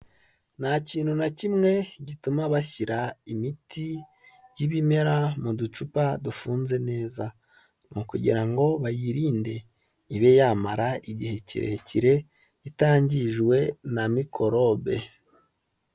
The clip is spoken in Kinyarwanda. Nta kintu na kimwe gituma bashyira imiti y'ibimera mu ducupa dufunze neza, ni ukugira ngo bayirinde ibe yamara igihe kirekire itangijwe na mikorobe.